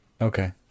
Okay